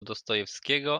dostojewskiego